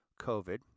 COVID